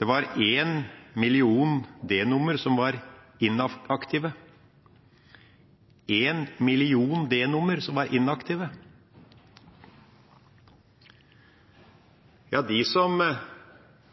Det var 1 million D-nummer som var inaktive – altså 1 million D-nummer som var inaktive. De som